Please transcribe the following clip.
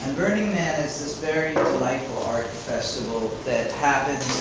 and burning man is this very delightful art festival that happens,